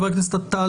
בבקשה.